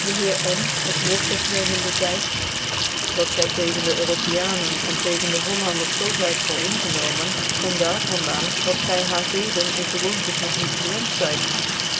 dc heer n het woort opnemende zcidc dat gy tegens dc europiancn en tegen dc hollanders zoo zyt vooringenomen komt daar van daan dat gy haar zeden en gewoor tens nog niet gewent zyt